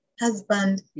husband